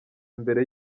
imbere